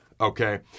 okay